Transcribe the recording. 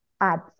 ads